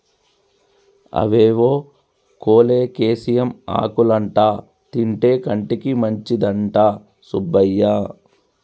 అవేవో కోలేకేసియం ఆకులంటా తింటే కంటికి మంచిదంట సుబ్బయ్య